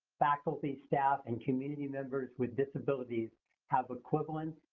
faculty, staff, and community members with disabilities have equivalent,